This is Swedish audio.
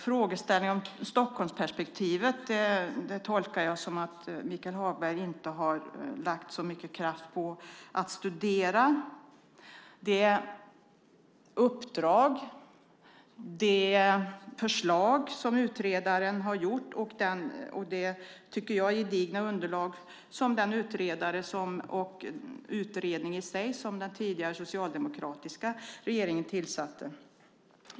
Frågeställningen om Stockholmsperspektivet tolkar jag alltså som att Michael Hagberg inte har lagt så mycket kraft på att studera det förslag som utredaren har lämnat och det, tycker jag, gedigna underlaget från utredaren och utredningen i sig, som den tidigare socialdemokratiska regeringen tillsatte.